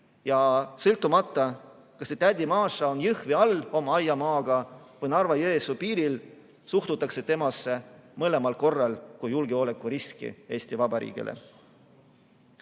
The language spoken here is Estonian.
ja sõltumata, kas see tädi Maša on Jõhvi all oma aiamaaga või Narva-Jõesuu piiril, suhtutakse temasse mõlemal juhul kui julgeolekuriski Eesti Vabariigile.